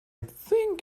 think